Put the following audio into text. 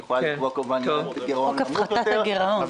היא יכולה לקבוע כמובן יעד גירעון נמוך יותר,